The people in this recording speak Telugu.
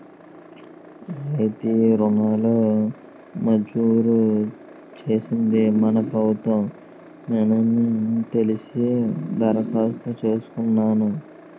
రాయితీ రుణాలు మంజూరు చేసేది మన ప్రభుత్వ మేనని తెలిసి దరఖాస్తు చేసుకున్నాను